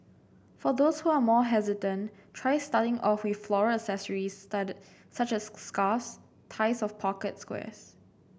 for those who are more hesitant try starting off with floral accessories study such as scarves ties of pocket squares